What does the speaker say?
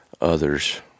others